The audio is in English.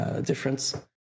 difference